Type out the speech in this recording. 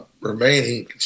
remaining